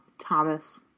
Thomas